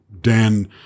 Dan